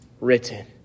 written